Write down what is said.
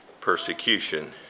persecution